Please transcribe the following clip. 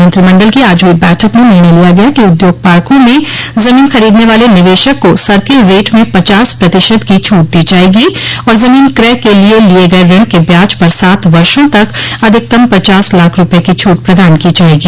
मंत्रिमंडल की आज हुई बैठक में निर्णय लिया गया कि उद्योग पार्को में जमीन खरीदने वाले निवेशक को सर्किल रेट में पचास प्रतिशत की छूट दी जायेगी और जमीन क्रय के लिए लिये गये ऋण के ब्याज पर सात वर्षो तक अधिकतम पचास लाख रूपये की छूट प्रदान की जायेगी